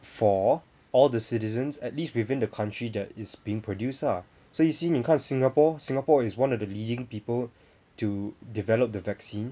for all the citizens at least within the country that is being produced ah 所以 you see 你看 singapore singapore is one of the leading people to develop the vaccine